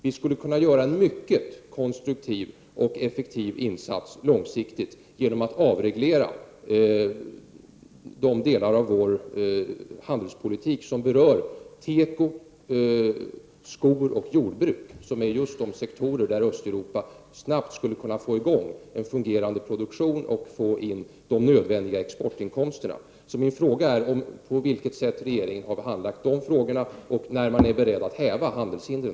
Vi skulle kunna göra en mycket konstruktiv och effektiv insats på lång sikt genom att avreglera de delar av vår handelspolitik som berör tekoprodukter, skor och jordbruk, som är just de sektorer där Östeuropa snabbt skulle kunna få i gång en fungerande produktion och få in de nödvändiga exportinkomsterna. På vilket sätt har regeringen handlagt dessa frågor? När är man beredd att häva handelshindren?